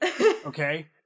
Okay